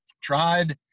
tried